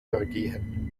vergehen